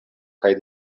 kaj